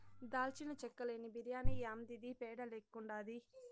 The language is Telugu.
దాల్చిన చెక్క లేని బిర్యాని యాందిది పేడ లెక్కుండాది